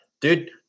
dude